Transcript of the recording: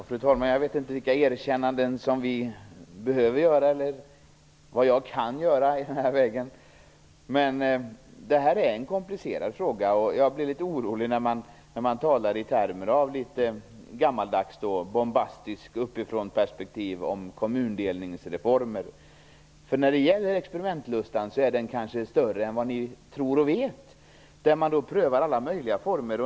Fru talman! Jag vet inte vilka erkännanden vi behöver göra eller vilka jag kan göra. Det här är en komplicerad fråga och jag blir litet orolig när man talar om kommundelningsreformer i termer av litet gammaldags bombastiskt ovanifrån-perspektiv. Experimentlustan är kanske större än vad ni tror och vet. Man prövar alla möjliga former.